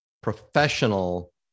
professional